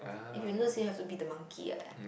if you lose you have to be the monkey what